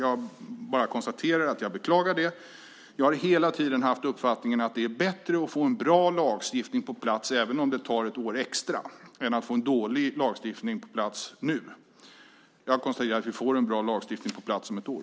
Jag bara konstaterar och beklagar detta. Jag har hela tiden haft uppfattningen att det är bättre att få en bra lagstiftning på plats även om det tar ett år extra än att få en dålig lagstiftning på plats nu. Jag konstaterar att vi får en bra lagstiftning på plats om ett år.